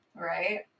right